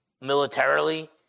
militarily